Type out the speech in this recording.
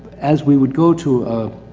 as we would go to a,